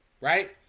Right